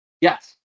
Yes